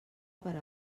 per